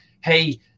Hey